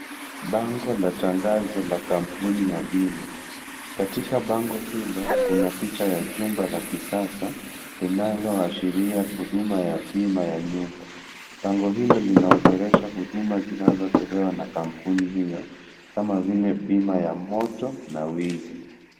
Bango la tangazo la kampuni ya bima. Katika bango hilo, kuna picha ya jumba la kisasa, linaloashiria huduma ya bima ya nyumba. Bango hilo linaorodhesha huduma zinazotolewa na kampuni hiyo, kama vile bima ya moto na wizi.